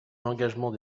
l’engagement